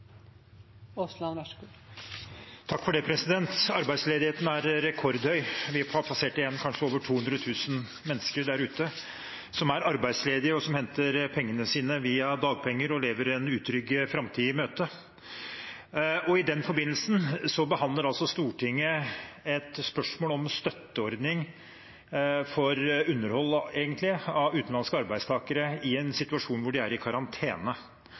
arbeidsledige, som henter pengene sine via dagpenger, og som går en utrygg framtid i møte. I den forbindelse behandler Stortinget et spørsmål om støtteordning for underhold, egentlig, av utenlandske arbeidstakere i en situasjon hvor de er i karantene.